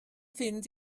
fynd